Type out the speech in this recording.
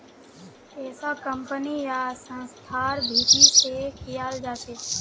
ऐसा कम्पनी या संस्थार भीती से कियाल जा छे